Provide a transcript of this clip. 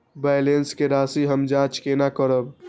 Balance के राशि हम जाँच केना करब?